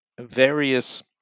various